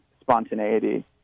spontaneity